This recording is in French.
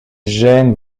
gêne